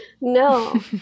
no